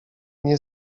nie